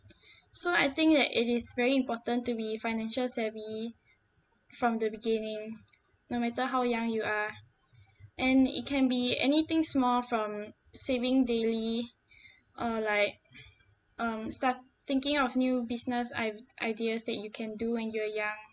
so I think that it is very important to be financial savvy from the beginning no matter how young you are and it can be anything small from saving daily or like um start thinking of new business i~ ideas that you can do when you are young